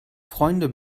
freunde